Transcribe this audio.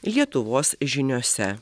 lietuvos žiniose